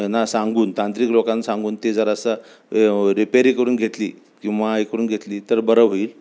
यांना सांगून तांत्रिक लोकांना सांगून ते जरासं रिपेरी करून घेतली किंवा हे करून घेतली तर बरं होईल